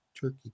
turkey